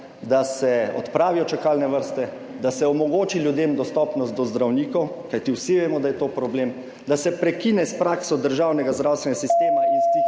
da se odpravijo čakalne vrste, da se omogoči ljudem dostopnost do zdravnikov, kajti vsi vemo, da je to problem, da se prekine s prakso državnega zdravstvenega sistema